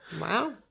Wow